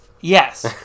Yes